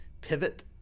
pivot